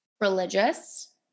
religious